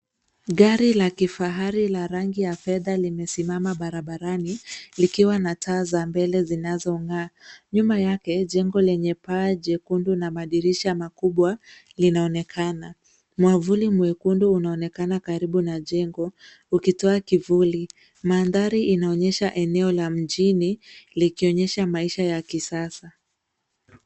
Gari la kifahari la rangi ya fedha limesimama barabarani likiwa na taa za mbele zinazong'aa. Nyuma yake jengo lenye paa jekundu na madirisha makubwa linaonekana. Mwavuli mwekundu unaonekana karibu na jengo ukitoa kivuli. Mandhari inaonyesha eneo la mjini likionyesha maisha ya kisasa.